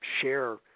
share